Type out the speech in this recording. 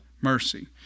mercy